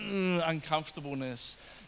uncomfortableness